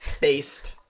based